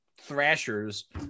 Thrashers